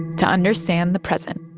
to understand the present